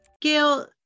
Gail